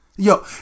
Yo